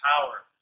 power